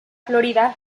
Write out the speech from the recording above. florida